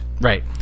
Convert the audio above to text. right